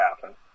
happen